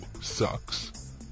sucks